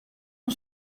oan